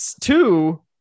two